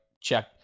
check